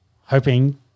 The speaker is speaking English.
Hoping